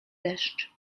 deszcz